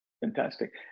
Fantastic